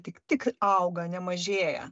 tik tik auga nemažėja